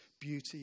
beauty